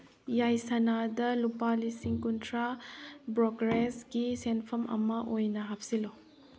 ꯌꯥꯏꯁꯅꯥꯗ ꯂꯨꯄꯥ ꯂꯤꯁꯤꯡ ꯀꯨꯟꯊ꯭ꯔꯥ ꯕ꯭ꯔꯣꯀꯔꯦꯁꯀꯤ ꯁꯦꯟꯐꯝ ꯑꯃ ꯑꯣꯏꯅ ꯍꯥꯞꯆꯤꯜꯂꯨ